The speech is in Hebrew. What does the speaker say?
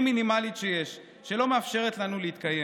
מינימלית שיש שלא מאפשרת לנו להתקיים.